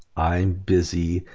i'm busy.